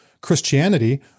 Christianity